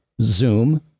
Zoom